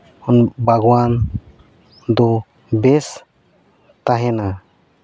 ᱵᱟᱜᱽᱣᱟᱱ ᱫᱚ ᱵᱮᱥ ᱛᱟᱦᱮᱱᱟ